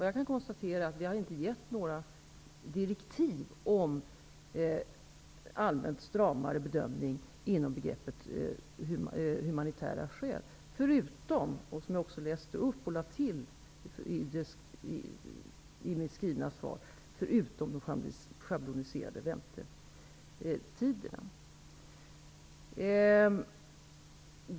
Jag kan konstatera att vi inte har gett några direktiv om en allmänt stramare bedömning inom begreppet humanitära skäl, förutom de schabloniserade väntetiderna. Det lade jag också till i mitt skrivna svar.